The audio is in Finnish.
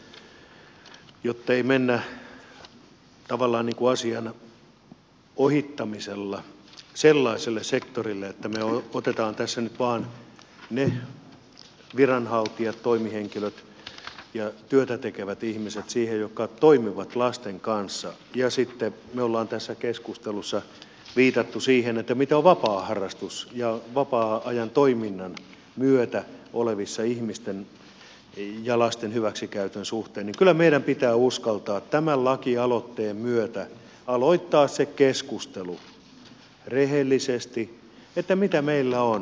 jottei mennä tavallaan asian ohittamisella sellaiselle sektorille että me otamme tässä nyt vaan ne viranhaltijat toimihenkilöt ja työtä tekevät ihmiset jotka toimivat lasten kanssa ja sitten me olemme tässä keskustelussa viitanneet siihen mitä on vapaa harrastus ja mitä tulee vapaa ajan toiminnan myötä ihmisten ja lasten hyväksikäytön suhteen niin kyllä meidän pitää uskaltaa tämän lakialoitteen myötä aloittaa rehellisesti keskustelu siitä mitä meillä on